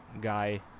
guy